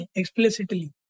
explicitly